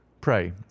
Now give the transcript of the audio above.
pray